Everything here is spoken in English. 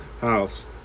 house